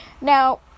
Now